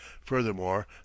Furthermore